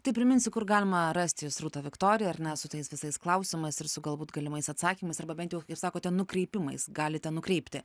tai priminsiu kur galima rasti jus rūta viktorija ar ne su tais visais klausimais ir su galbūt galimais atsakymais arba bent jau kaip sakote nukreipimais galite nukreipti